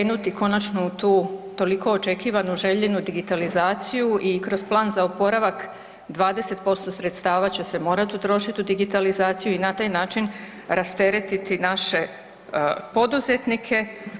Krenuti konačno u tu toliko očekivanu željenu digitalizaciju i kroz plan za oporavak 20% sredstava će se morati utrošiti u digitalizaciju i na taj način rasteretiti naše poduzetnike.